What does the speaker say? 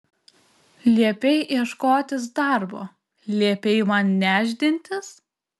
liepei ieškotis darbo liepei man nešdintis